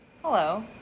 Hello